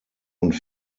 und